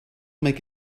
make